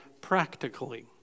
practically